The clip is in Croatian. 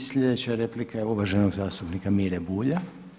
I sljedeća replika je uvaženog zastupnika Mire Bulja.